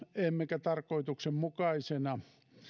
emmekä tarkoituksenmukaisena